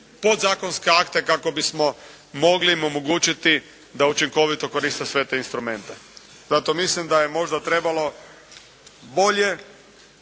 podzakonske akte kako bismo im mogli omogućiti da učinkovito koriste sve te instrumente. Zato mislim da je možda trebalo bolje